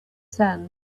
sand